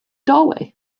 doorway